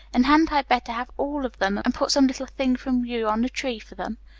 and hadn't i better have all of them, and put some little thing from you on the tree for them?